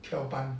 跳班